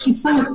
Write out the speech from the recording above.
הסברה ושקיפות,